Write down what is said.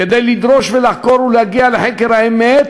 כדי לדרוש ולחקור ולהגיע לחקר האמת